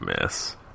miss